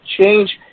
change